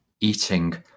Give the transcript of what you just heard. eating